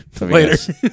Later